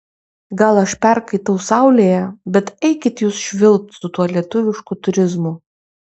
gal aš perkaitau saulėje bet eikit jūs švilpt su tuo lietuvišku turizmu